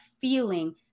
feeling